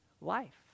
life